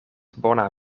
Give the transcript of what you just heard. bona